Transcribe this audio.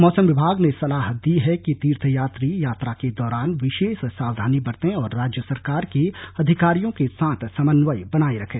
मौसम विभाग ने सलाह दी है कि तीर्थयात्री यात्रा के दौरान विशेष सावधानी बरतें और राज्य सरकार के अधिकारियों के साथ समन्वय बनाए रखें